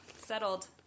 Settled